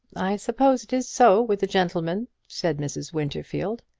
i suppose it is so with a gentleman, said mrs. winterfield.